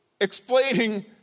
explaining